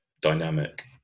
dynamic